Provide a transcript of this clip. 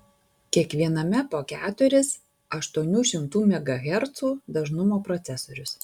kiekviename po keturis aštuonių šimtų megahercų dažnumo procesorius